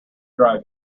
drive